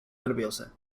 nerviosa